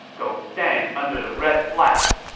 go stand under the red flag.